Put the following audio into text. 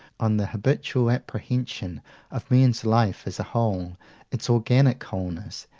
on the habitual apprehension of men's life as a whole its organic wholeness,